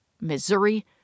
Missouri